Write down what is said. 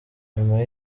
nyuma